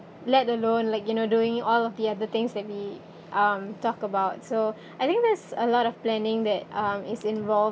let alone like you know doing all of the other things that we um talk about so I think that's a lot of planning that um is involved